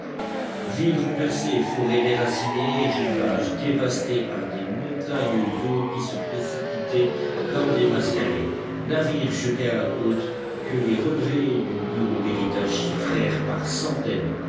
villes renversées forêts déracinées rivages dévastés par des montagnes d'eau qui se précipitaient comme des mascarets navires jetés à la côte que les relevés du bureau veritas chiffrèrent par centaines